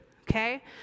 Okay